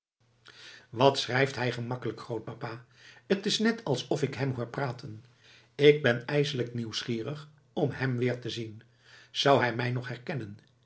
wat schrijft hij gemakkelijk grootpapa t is net alsof ik hem hoor praten ik ben ijselijk nieuwsgierig om hem weer te zien zou hij mij nog herkennen